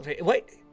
Wait